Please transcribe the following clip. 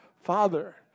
Father